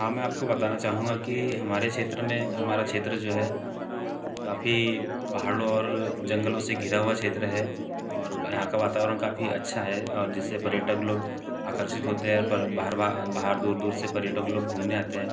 हाँ मैं आपको बताना चाहूँगा की हमारे क्षेत्र में हमारा क्षेत्र जो है काफ़ी पहाड़ों और जंगलों से घिरा हुआ क्षेत्र है और यहाँ का वातावरण काफ़ी अच्छा है और जिससे पर्यटक लोग आकर्षित होते हैं पर बाहरवा बाहर दूर दूर से पर्यटक लोग घूमने आते है